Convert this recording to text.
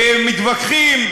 מתווכחים,